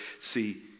See